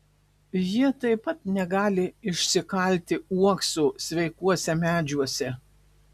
jie taip pat negali išsikalti uokso sveikuose medžiuose